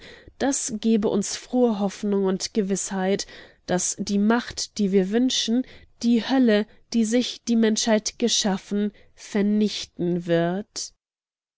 das gebe uns frohe hoffnung und gewißheit daß die macht die wir wünschen die hölle die sich die menschheit geschaffen vernichten wird